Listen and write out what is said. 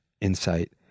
insight